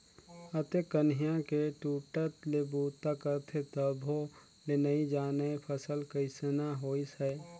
अतेक कनिहा के टूटट ले बूता करथे तभो ले नइ जानय फसल कइसना होइस है